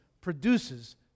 produces